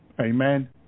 Amen